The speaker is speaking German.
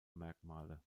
merkmale